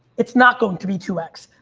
it's not going to be two x.